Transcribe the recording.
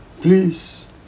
Please